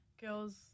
girls